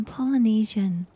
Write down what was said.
Polynesian